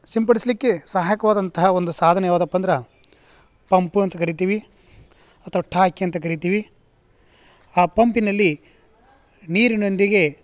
ಸಿಂಪಡಿಸಲಿಕ್ಕೆ ಸಹಾಯಕವಾದಂಥ ಒಂದು ಸಾಧನ ಯಾವುದಪ್ಪ ಅಂದ್ರೆ ಪಂಪು ಅಂತ ಕರೀತೀವಿ ಅಥ್ವಾ ಠಾಕಿ ಅಂತ ಕರೀತೀವಿ ಆ ಪಂಪಿನಲ್ಲಿ ನೀರಿನೊಂದಿಗೆ